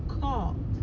called